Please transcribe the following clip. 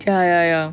ya ya ya